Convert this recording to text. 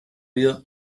wir